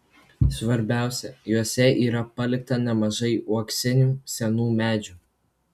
svarbiausia juose yra palikta nemažai uoksinių senų medžių